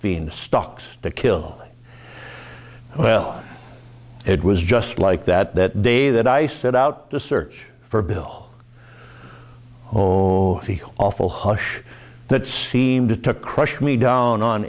frost stocks to kill well it was just like that that day that i set out to search for bill oh oh the awful hush that seemed to crush me down on